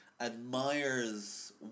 admires